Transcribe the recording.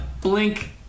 blink